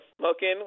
smoking